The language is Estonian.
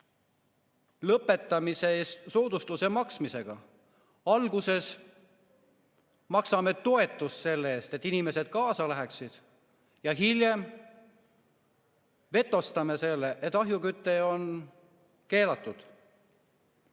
lõpetamise eest soodustuse maksmisega. Alguses maksame toetust selle eest, et inimesed kaasa läheksid, ja hiljem vetostame selle [nii], et ahjuküte on keelatud.